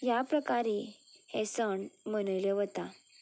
ह्या प्रकारे हे सण मनयले वता